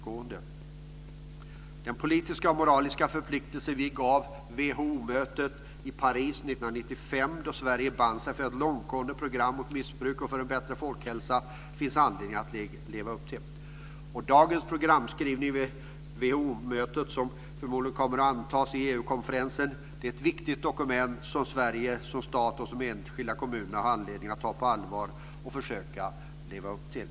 Det finns anledning att leva upp till den politiska och moraliska förpliktelse vi har sedan WHO-mötet i Paris 1995 då Sverige band sig för ett långtgående program mot missbruk och för en bättre folkhälsa. Dagens programskrivning vid WHO-mötet, som förmodligen kommer att antas vid EU-konferensen, är ett viktigt dokument som Sverige som stat och de enskilda kommunerna har anledning att ta på allvar och försöka leva upp till.